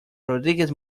rodríguez